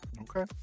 okay